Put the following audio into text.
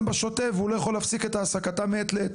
בשוטף והוא לא יכול להפסיק את העסקתם מעת לעת.